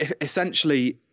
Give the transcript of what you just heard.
essentially